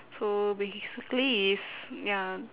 so basically is ya